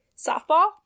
softball